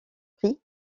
prix